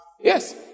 Yes